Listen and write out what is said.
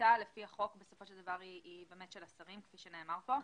ההחלטה היא של השרים, כפי שנאמר פה.